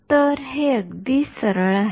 तर हे अगदी सरळ आहे